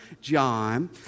John